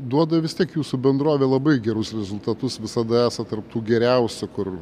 duoda vis tiek jūsų bendrovė labai gerus rezultatus visada esą tarp tų geriausių kur